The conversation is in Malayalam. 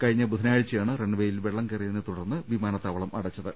കഴിഞ്ഞ ബുധനാഴ്ച യാണ് റൺവേയിൽ വെള്ളം കയറിയതിനെത്തുടർന്ന് വിമാന ത്താവളം അടച്ചത്